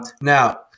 Now